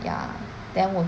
ya then 我